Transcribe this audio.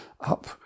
up